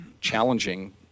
challenging